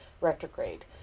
retrograde